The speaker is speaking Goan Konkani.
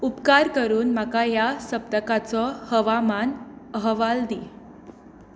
उपकार करून म्हाका ह्या सप्तकाचो हवामान अहवाल दी